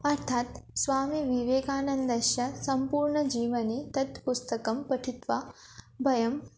अर्थात् स्वामीविवेकानन्दस्य सम्पूर्णजीवनि तत् पुस्तकं पठित्वा वयम्